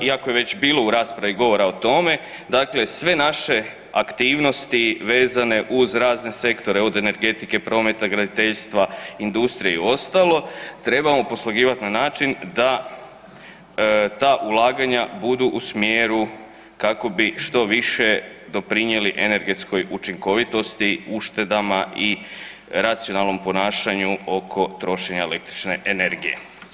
Iako je već bilo u raspravi govora o tome, dakle sve naše aktivnosti vezane uz razne sektore od energetike, prometa, graditeljstva, industrije i ostalo trebamo poslagivati na način da ta ulaganja budu u smjeru kako bi što više doprinijeli energetskoj učinkovitosti, uštedama i racionalnom ponašanju oko trošenja električne energije.